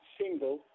single